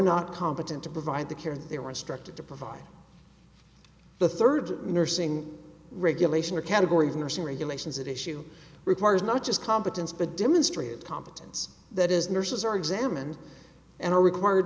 not competent to provide the care they were instructed to provide the third nursing regulation or category of nursing regulations at issue requires not just competence but demonstrated competence that is nurses are examined and are required